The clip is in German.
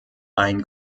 ein